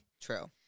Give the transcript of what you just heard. True